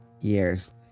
years